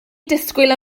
disgwyl